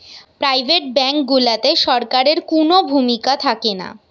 private bank গুলাতে সরকারের কুনো ভূমিকা থাকেনা